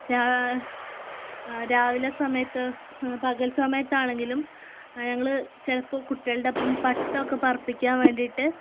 ഞാറാഴ്ച രാവിലെ സമയത്ത് പകല് സമയത്താണെങ്കിലും ഞങ്ങൾ ചിലപ്പോൾ കുട്ടികളോടൊപ്പം പട്ടമൊക്കെ പറപ്പിക്കാന് വേണ്ടിയിട്ട്